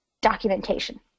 documentation